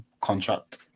contract